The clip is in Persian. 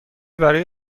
برای